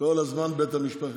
כל הזמן בית המשפט.